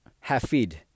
Hafid